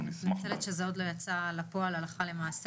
אני מתנצלת שזה עוד לא יצא לפועל הלכה למעשה.